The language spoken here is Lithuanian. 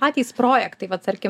patys projektai vat tarkim